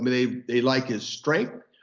they they like his strength,